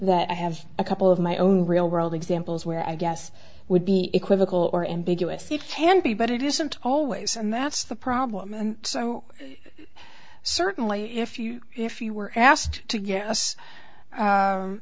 what i have a couple of my own real world examples where i guess would be equivocal or ambiguous it can be but it isn't always and that's the problem and so certainly if you if you were asked to guess